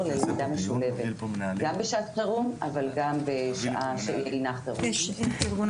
ללמידה משולבת גם בשעת חירום אבל גם בשעה שאינה חירום.